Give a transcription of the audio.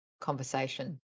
conversation